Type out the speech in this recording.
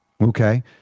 Okay